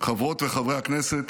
חברות וחברי הכנסת,